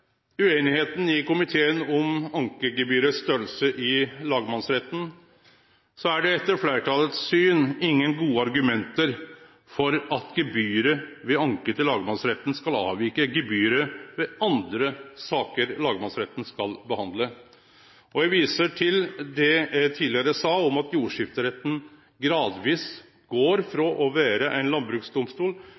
ueinigheita i komiteen om størrelsen på ankegebyret i lagmannsretten, er det etter fleirtalet sitt syn ingen gode argument for at gebyret ved anke til lagmannsretten skal avvike frå gebyret ved andre saker lagmannsretten skal behandle. Eg viser til det eg tidlegare sa om at jordskifteretten gradvis går frå å vere ein landbruksdomstol